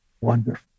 wonderful